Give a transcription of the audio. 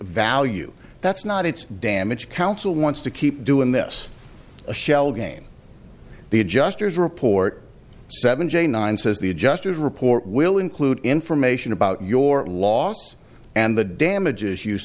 value that's not its damage council wants to keep doing this a shell game the adjusters report seven j nine says the adjusters report will include information about your loss and the damages